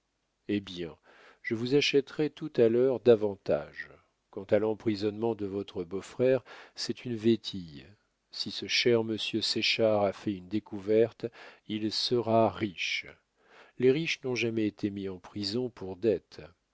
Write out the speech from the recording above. eh bien je vous achèterai tout-à-l'heure davantage quant à l'emprisonnement de votre beau-frère c'est une vétille si ce cher monsieur de séchard a fait une découverte il sera riche les riches n'ont jamais été mis en prison pour dettes